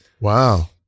Wow